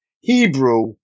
Hebrew